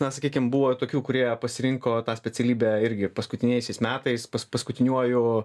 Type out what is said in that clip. na sakykim buvo tokių kurie pasirinko tą specialybę irgi paskutiniaisiais metais paskutiniuoju